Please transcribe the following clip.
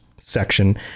section